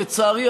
לצערי,